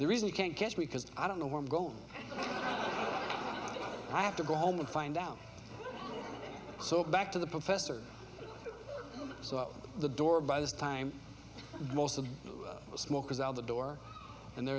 the reason you can't guess we cause i don't know where to go i have to go home and find out so back to the professor so out the door by this time most of the smoke is out the door and there